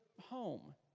home